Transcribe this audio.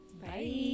bye